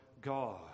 God